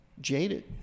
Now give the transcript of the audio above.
jaded